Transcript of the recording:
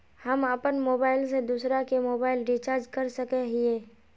हम अपन मोबाईल से दूसरा के मोबाईल रिचार्ज कर सके हिये?